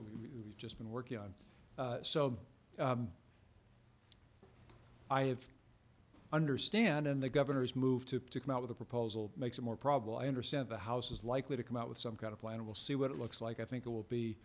we just been working on so i have understand in the governor's move to come out with a proposal makes it more probable i understand the house is likely to come out with some kind of plan it will see what it looks like i think it will be